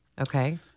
Okay